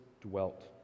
dwelt